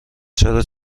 چرا